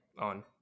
on